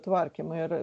tvarkymą ir